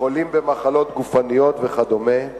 חולים במחלות גופניות וכדומה,